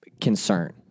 concern